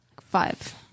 five